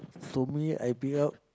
for me I bring out